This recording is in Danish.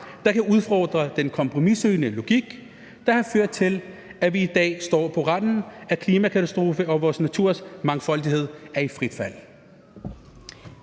der kan udfordre den kompromissøgende logik, der har ført til, at vi i dag står på randen af en klimakatastrofe, og at vores naturs mangfoldighed er i frit fald.«